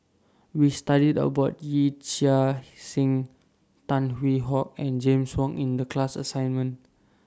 We studied about Yee Chia Hsing Tan Hwee Hock and James Wong in The class assignment